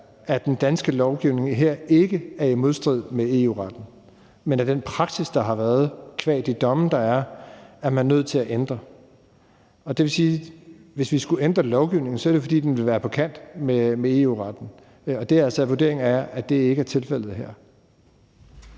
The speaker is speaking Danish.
at den danske lovgivning her ikke er i modstrid med EU-retten, men at den praksis, der har været, er man nødt til at ændre qua de domme, der er. Det vil sige, at hvis vi skulle ændre lovgivningen, ville det være, fordi den var på kant med EU-retten, og det er altså vurderingen, at det ikke er tilfældet her.